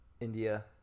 india